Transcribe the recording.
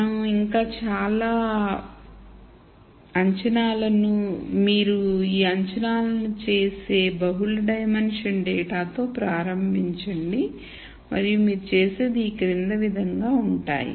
మరియు ఇంకా చాలా అంకాబట్టి మీరు ఈ అంచనాలను చేసే బహుళ డైమెన్షనల్ డేటా తో ప్రారంభించండి మరియు మీరు చేసేది ఈ క్రింది ఈ విధంగా ఉంటాయి